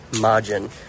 margin